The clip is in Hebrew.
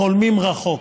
"חולמים רחוק":